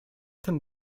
ten